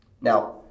Now